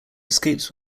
escapes